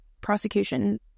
prosecution